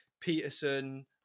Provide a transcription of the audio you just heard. Peterson